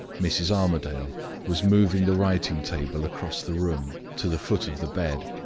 mrs. armadale was moving the writing-table across the room to the foot of the bed.